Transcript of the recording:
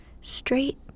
straight